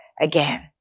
again